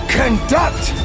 conduct